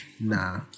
Nah